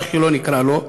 איך שלא נקרא לו.